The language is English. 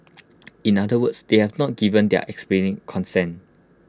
in other words they have not given their explicit consent